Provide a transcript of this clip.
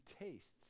tastes